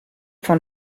von